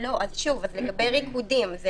לגבי ריקודים,